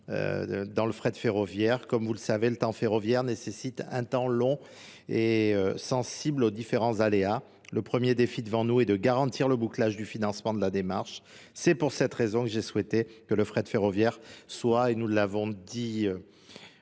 dans le fret de ferroviaire. Comme vous le savez, le temps ferroviaire nécessite un temps long et sensible aux différents aléas. Le premier défi devant nous est de garantir le bouclage du financement de la démarche. C'est pour cette raison que j'ai souhaité que le fret ferroviaire soit, et nous l'avons dit